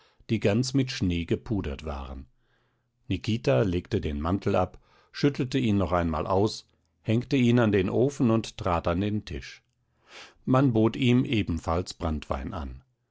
die ganz mit schnee gepudert waren nikita legte den mantel ab schüttelte ihn noch einmal aus hängte ihn an den ofen und trat an den tisch man bot ihm ebenfalls branntwein an